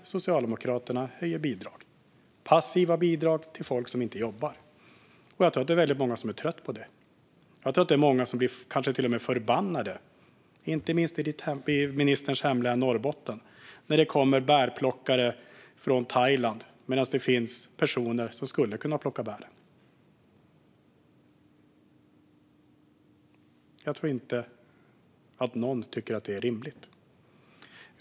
Socialdemokraterna höjer bidragen. Det är passiva bidrag till folk som inte jobbar. Jag tror att väldigt många är trötta på det. Jag tror att det är många som kanske till och med blir förbannade, inte minst i ministerns hemlän Norrbotten, när det kommer bärplockare från Thailand medan det redan finns personer på plats som skulle kunna plocka bären. Jag tror inte att någon tycker att det är rimligt.